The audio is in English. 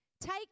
Take